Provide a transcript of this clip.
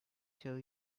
tell